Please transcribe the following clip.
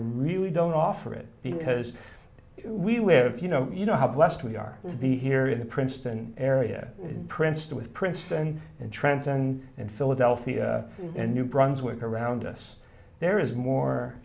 really don't offer it because we live you know you know how blessed we are the here in the princeton area in princeton with princeton and trenton and philadelphia and new brunswick around us there is more